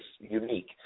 unique